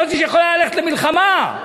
זאת שיכולה ללכת למלחמה.